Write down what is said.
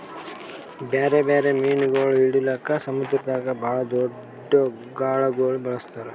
ಬ್ಯಾರೆ ಬ್ಯಾರೆ ಮೀನುಗೊಳ್ ಹಿಡಿಲುಕ್ ಸಮುದ್ರದಾಗ್ ಭಾಳ್ ದೊಡ್ದು ಗಾಳಗೊಳ್ ಬಳಸ್ತಾರ್